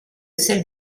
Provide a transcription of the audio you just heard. celle